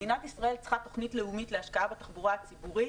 מדינת ישראל צריכה תוכנית לאומית להשקעה בתחבורה הציבורית.